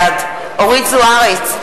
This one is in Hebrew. בעד אורית זוארץ,